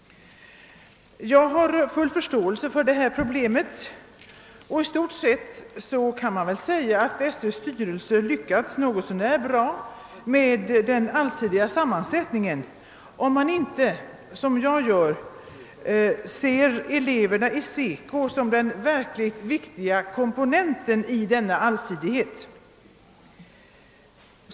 Jag har full förståelse för detta problem, och i stort sett kan man väl säga att SÖ:s styrelse lyckats något så när med den allsidiga sammansättningen, om man inte — som jag gör — ser eleverna i SECO som den verkligt viktiga komponenten i denna allsidighet.